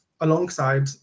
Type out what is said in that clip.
alongside